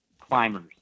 climbers